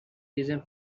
reason